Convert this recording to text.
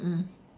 mm mm